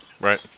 right